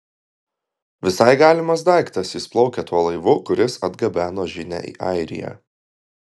visai galimas daiktas jis plaukė tuo laivu kuris atgabeno žinią į airiją